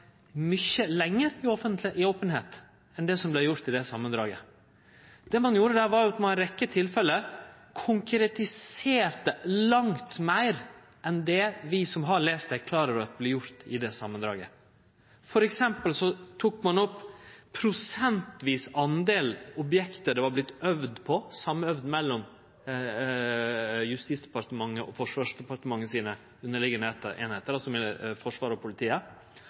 mykje lenger i openheit enn det som vart gjort i samandraget. Det ein gjorde der, var at ein i ei rekkje tilfelle konkretiserte langt meir enn det vi som har lese det, er klar over vert gjort i samandraget. For eksempel tok ein opp ein prosentvis del objekt der det hadde vorte øvd – Justis- og beredskapsdepartementets og Forsvarsdepartementets underliggjande einingar, som er Forsvaret og politiet,